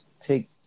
take